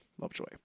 Lovejoy